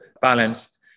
balanced